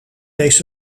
leest